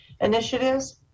initiatives